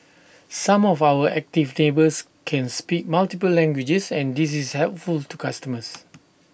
some of our active neighbours can speak multiple languages and this is helpful to customers